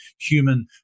human